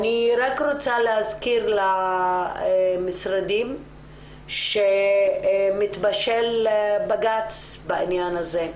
אני רק רוצה להזכיר למשרדים ש"מתבשל" בג"ץ בעניין הזה,